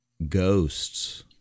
ghosts